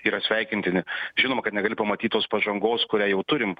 yra sveikintini žinoma kad negali pamatyt tos pažangos kurią jau turim